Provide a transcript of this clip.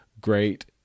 great